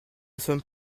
sommes